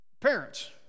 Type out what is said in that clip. Parents